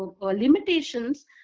limitations